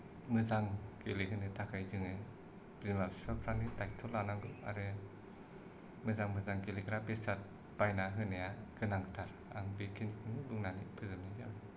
मोजां गेलेहोनो थाखाय जोङो बिमा बिफाफ्रानो दायथ' लानांगौ आरो मोजां मोजां गेलेग्रा बेसाद बायना होनाया गोनांथार आं बेखिनिखौनो बुंनानै फोजोबनाय जाबाय